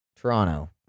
Toronto